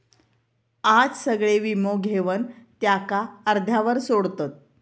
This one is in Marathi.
आज सगळे वीमो घेवन त्याका अर्ध्यावर सोडतत